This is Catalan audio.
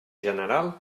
general